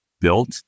built